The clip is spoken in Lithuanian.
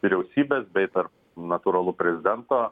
vyriausybės bei tarp natūralu prezidento